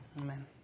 amen